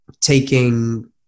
taking